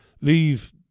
leave